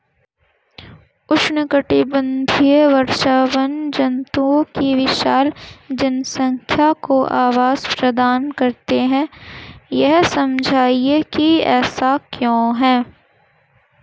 उष्णकटिबंधीय वर्षावन जंतुओं की विशाल जनसंख्या को आवास प्रदान करते हैं यह समझाइए कि ऐसा क्यों है?